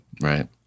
Right